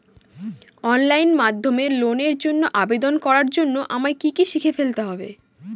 Online মাধ্যমে লোনের জন্য আবেদন করার জন্য আমায় কি কি শিখে ফেলতে হবে?